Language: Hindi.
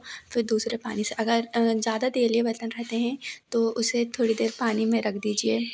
फिर दूसरे पानी से अगर जादा तेलीय बर्तन रहते हैं तो उसे थोड़ी देर पानी में रख दीजिए